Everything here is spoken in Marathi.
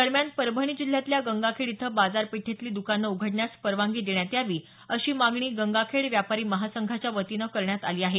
दरम्यान परभणी जिल्ह्यातल्या गंगाखेड इथं बाजारपेठेतली दुकानं उघडण्यास परवानगी देण्यात यावी अशी मागणी गंगाखेड व्यापारी महासंघाच्यावतीनं करण्यात आली आहे